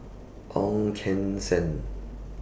Ong Keng Sen